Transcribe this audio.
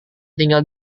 tinggal